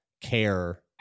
care